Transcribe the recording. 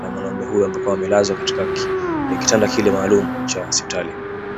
cha mwanaume huyu ambamo kuwa amelazwa katika kitanda kile maalum cha hospitali.